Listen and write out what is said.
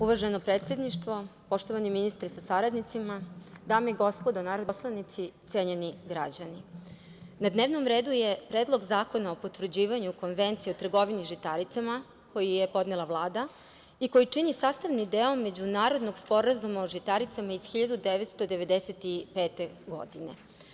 Uvaženo predsedništvo, poštovani ministre sa saradnicima, dame i gospodo narodni poslanici, cenjeni građani, na dnevnom redu je Predlog zakona o potvrđivanju Konvencije o trgovini žitaricama, koji je podnela Vlada, i koji čini sastavni deo Međunarodnog sporazuma o žitaricama iz 1995. godine.